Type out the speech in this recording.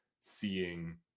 seeing